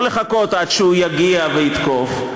לא לחכות עד שהוא יגיע ויתקוף,